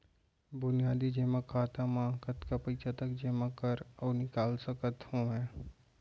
बुनियादी जेमा खाता म कतना पइसा तक जेमा कर अऊ निकाल सकत हो मैं?